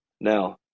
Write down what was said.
Now